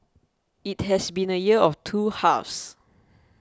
it has been a year of two halves